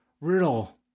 Riddle